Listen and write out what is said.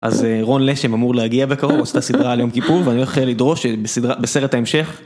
אז רון לשם אמור להגיע בקרוב עושה סדרה על יום כיפור ואני הולך לדרוש בסדרה בסרט ההמשך.